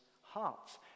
hearts